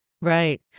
Right